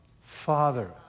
father